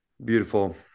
Beautiful